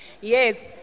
Yes